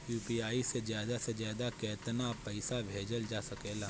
UPI से ज्यादा से ज्यादा केतना पईसा भेजल जा सकेला?